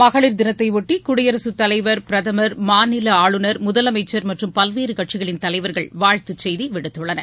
மகளிர் தினத்தைபொட்டி குடியரசு தலைவர் பிரதமர் மாநில ஆளுநர் முதலமைச்சர் மற்றும் பல்வேறு கட்சிகளின் தலைவர்கள் வாழ்த்துச் செய்தி விடுத்துள்ளனர்